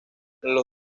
los